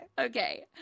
Okay